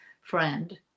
friend